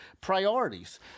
priorities